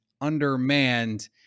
undermanned